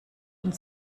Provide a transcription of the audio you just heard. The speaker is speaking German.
und